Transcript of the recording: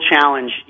challenge